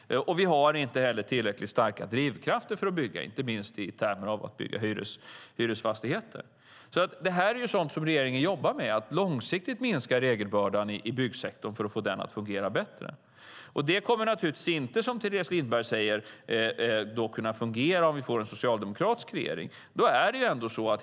Vi har inte heller tillräckligt starka drivkrafter för att bygga, inte minst i termer av att bygga hyresfastigheter. Detta är sådant som regeringen jobbar med, att långsiktigt minska regelbördan i byggsektorn för att få den att fungera bättre. Detta kommer inte, som Teres Lindberg säger, att kunna fungera om vi får en socialdemokratisk regering.